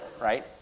right